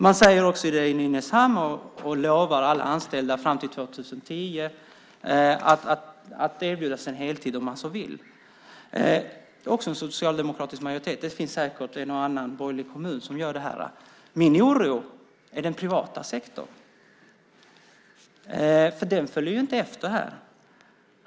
Man säger också det i Nynäshamn och lovar alla anställda fram till 2010 att erbjudas heltid om de så vill. Där är också socialdemokratisk majoritet. Det finns säkert en och annan borgerlig kommun som gör detta också. Min oro är den privata sektorn. Den följer ju inte efter.